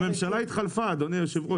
הממשלה התחלפה, אדוני היושב ראש.